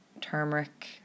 turmeric